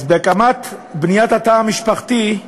אז בהקמת ובניית התא המשפחתי,